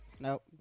Nope